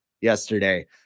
yesterday